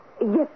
Yes